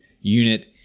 unit